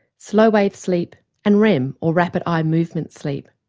slow wave sleep and rem or rapid eye movement sleep.